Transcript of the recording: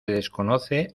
desconoce